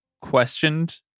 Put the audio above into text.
questioned